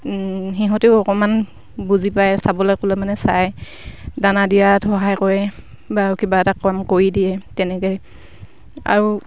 সিহঁতেও অকণমান বুজি পায় চাবলৈ ক'লে মানে চায় দানা দিয়াত সহায় কৰে বা কিবা এটা কাম কৰি দিয়ে তেনেকৈ আৰু